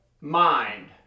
mind